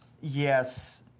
yes